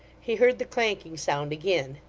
he heard the clanking sound again.